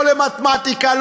לא למתמטיקה,